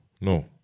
No